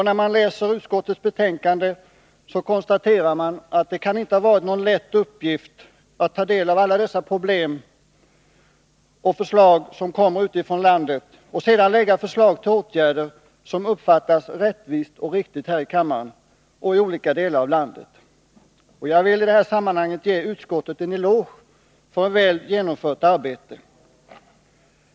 När man läser utskottets betänkande kan man konstatera att det inte kan ha varit någon lätt uppgift för utskottet att ta del av alla de problem och förslag som kommit från landet — och sedan lägga fram förslag till åtgärder som uppfattas på ett viktigt och rättvist sätt här i kammaren och i olika delar av landet. Jag vill i det här sammanhanget ge utskottet en eloge för väl genomfört arbete.